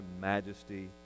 majesty